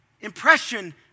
impression